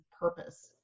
purpose